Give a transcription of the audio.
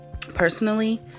Personally